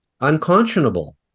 unconscionable